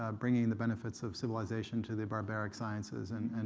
ah bringing the benefits of civilization to the barbaric sciences and and